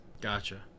Gotcha